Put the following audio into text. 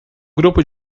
grupo